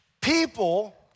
People